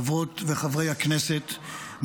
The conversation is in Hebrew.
חברות וחברי הכנסת,